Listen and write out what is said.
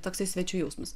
toksai svečių jausmas